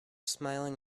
smiling